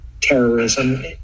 terrorism